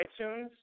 iTunes